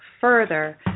further